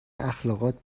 اخلاقات